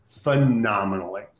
phenomenally